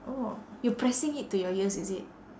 oh you pressing it to your ears is it